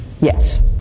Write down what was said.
Yes